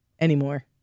anymore